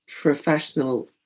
professional